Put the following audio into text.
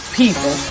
people